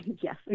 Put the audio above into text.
Yes